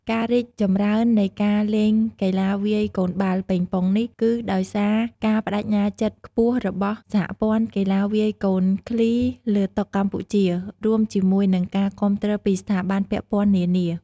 ការរីកចម្រើននៃការលេងកីឡាវាយកូនបាល់ប៉េងប៉ុងនេះ គឺដោយសារការប្ដេជ្ញាចិត្តខ្ពស់របស់សហព័ន្ធកីឡាវាយកូនឃ្លីលើតុកម្ពុជា រួមជាមួយនឹងការគាំទ្រពីស្ថាប័នពាក់ព័ន្ធនានា។